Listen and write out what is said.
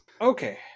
okay